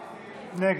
נגד.